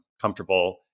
comfortable